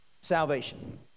Salvation